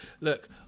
look